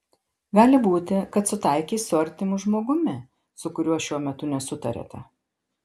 gali būti kad sutaikys su artimu žmogumi su kuriuo šiuo metu nesutariate